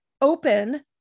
open